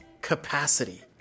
capacity